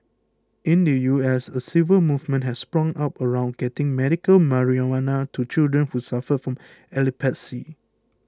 in the U S a civil movement has sprung up around getting medical marijuana to children who suffer from epilepsy